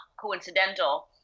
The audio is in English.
coincidental